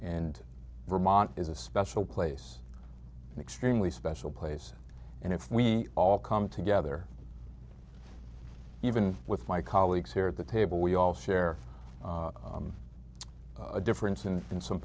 and vermont is a special place an extremely special place and if we all come together even with my colleagues here at the table we all share a difference in some